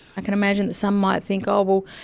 i can imagine that some might think, oh well,